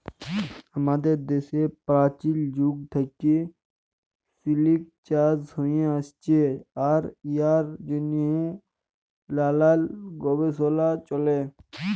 আমাদের দ্যাশে পাচীল যুগ থ্যাইকে সিলিক চাষ হ্যঁয়ে আইসছে আর ইয়ার জ্যনহে লালাল গবেষলা চ্যলে